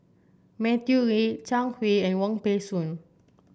Matthew Ngui Zhang Hui and Wong Peng Soon